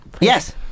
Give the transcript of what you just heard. Yes